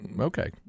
Okay